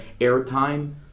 airtime